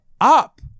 up